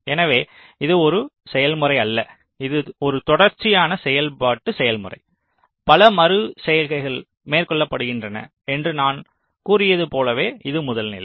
எனவே இது ஒரு செயல்முறை அல்ல இது ஒரு தொடர்ச்சியான செயல்பாட்டு செயல்முறை பல மறு செய்கைகள் மேற்கொள்ளப்படுகின்றன என்று நான் கூறியது போலவே இது முதல் நிலை